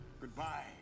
Goodbye